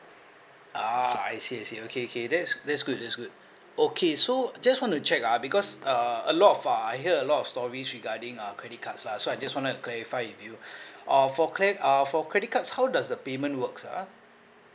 ah I see I see okay okay that's that's good that's good okay so just want to check ah because uh a lot of uh I hear a lot of stories regarding uh credit cards lah so I just want to clarify with you oh for cre~ uh for credit cards how does the payment works ah